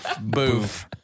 Boof